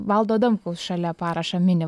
valdo adamkaus šalia parašą mini